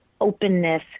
openness